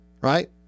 right